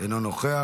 אינו נוכח.